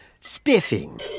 Spiffing